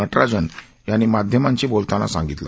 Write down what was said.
न राजन यांनी माध्यमांशी बोलताना सांगितलं